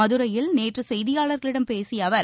மதுரையில் நேற்று செய்தியாளர்களிடம் பேசிய அவர்